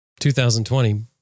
2020